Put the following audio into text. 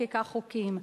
חוקקה חוקים,